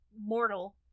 mortal